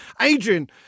adrian